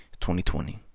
2020